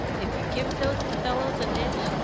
if you give those fellows an inch,